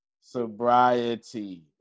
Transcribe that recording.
Sobriety